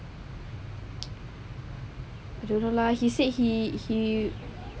I don't know lah he said he he